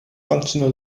functional